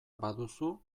baduzu